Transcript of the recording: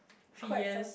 three years